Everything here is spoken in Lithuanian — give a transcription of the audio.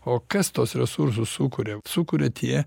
o kas tuos resursus sukuria sukuria tie